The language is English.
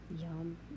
Yum